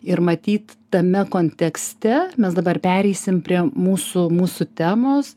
ir matyt tame kontekste mes dabar pereisim prie mūsų mūsų temos